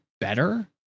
better